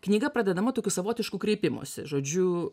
knyga pradedama tokiu savotišku kreipimosi žodžiu